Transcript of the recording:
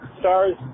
stars